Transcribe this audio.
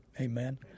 Amen